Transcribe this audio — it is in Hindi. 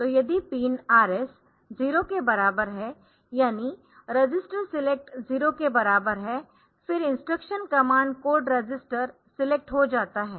तो यदि पिन RS 0 के बराबर है यानि रजिस्टर सिलेक्ट 0 के बराबर है फिर instruction command code register select हो जाता है